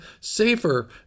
Safer